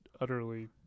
utterly